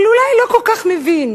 אבל אולי לא כל כך מבין.